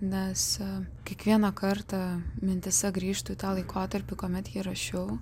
nes kiekvieną kartą mintyse grįžtu į tą laikotarpį kuomet jį rašiau